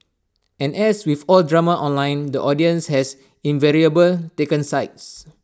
and as with all drama online the audience has invariable taken sides